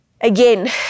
again